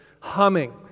humming